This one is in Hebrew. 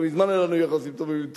מזמן היו לנו יחסים טובים עם טורקיה.